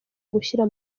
gushyira